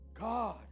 God